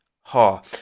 ha